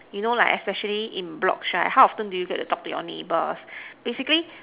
you know like especially in blocks right how often do you get to talk to your neighbours basically